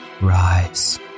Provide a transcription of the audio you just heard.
rise